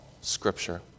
Scripture